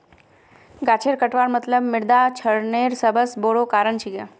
गाछेर कटवार मतलब मृदा क्षरनेर सबस बोरो कारण छिके